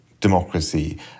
democracy